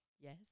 Yes